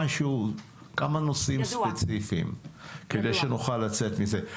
כמה נושאים ספציפיים כדי שנוכל לצאת מזה.